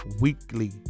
Weekly